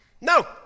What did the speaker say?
No